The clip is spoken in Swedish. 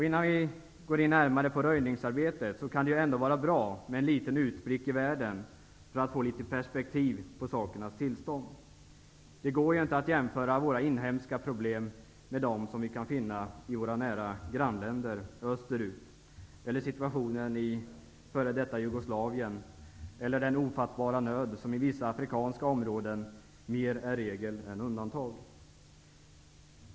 Innan vi går närmare in på röjningsarbetet kan det vara bra med en liten utblick för att få litet perspektiv på sakernas tillstånd. Det går inte att jämföra våra inhemska problem med de problem som vi kan finna i våra grannländer österut, till följd av situationen i f.d. Jugoslavien eller på grund av den ofattbara nöd som i vissa afrikanska områden mer är regel än undantag.